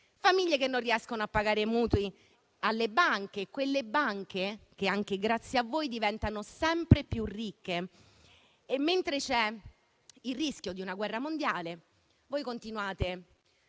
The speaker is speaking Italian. famiglie che non riescono a pagare i mutui alle banche, quelle banche che anche grazie a voi diventano sempre più ricche. Mentre c'è il rischio di una guerra mondiale, voi continuate